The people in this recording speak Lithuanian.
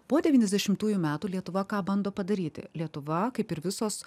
po devyniasdešimtųjų metų lietuva ką bando padaryti lietuva kaip ir visos